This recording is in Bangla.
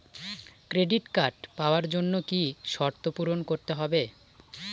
ক্রেডিট কার্ড পাওয়ার জন্য কি কি শর্ত পূরণ করতে হবে?